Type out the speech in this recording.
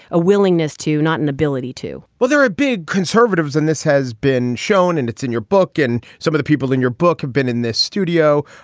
a willingness to, not an ability to well, there are ah big conservatives and this has been shown and it's in your book and some of the people in your book have been in this studio.